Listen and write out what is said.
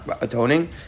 atoning